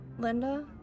Linda